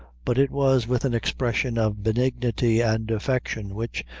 but it was with an expression of benignity and affection which,